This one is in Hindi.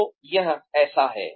तो यह ऐसा है